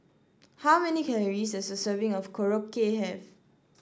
how many calories does a serving of Korokke have